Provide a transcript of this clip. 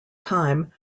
time